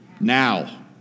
Now